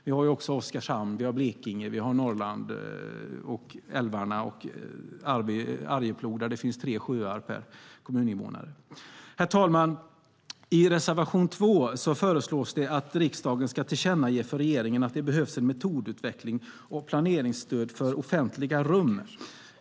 Vi har också Oskarshamn, Blekinge, Norrland med älvarna och Arjeplog, där det finns tre sjöar per kommuninvånare. Herr talman! I reservation 2 föreslås att riksdagen ska tillkännage för regeringen att det behövs metodutveckling och planeringsstöd för offentliga rum.